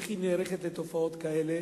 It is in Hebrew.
איך היא נערכת לתופעות כאלה